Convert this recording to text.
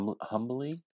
humbly